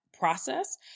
process